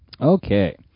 Okay